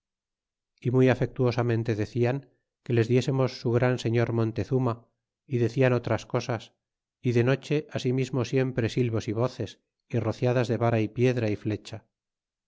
y muy afectuosamente decian que les diésemos su gran señor mon tezuma y decian otras cosas y de noche asimismo siempre silvos y voces y rociadas de vara y piedra y flecha